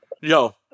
yo